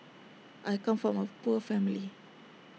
I come from A poor family